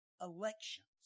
elections